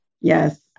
Yes